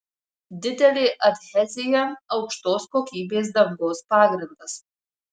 didelė adhezija aukštos kokybės dangos pagrindas